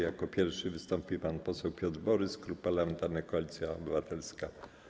Jako pierwszy wystąpi pan poseł Piotr Borys, Klub Parlamentarny Koalicja Obywatelska.